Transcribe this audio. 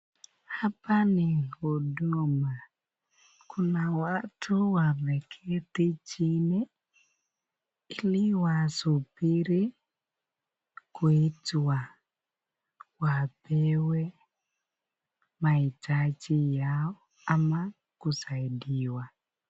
Hapa ni huduma, kuna watu wameketi chini ili wasubiri kuitwa wapewe mahitaji yao ama kusaidiwa.